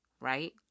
right